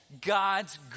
God's